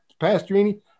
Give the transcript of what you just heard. Pastorini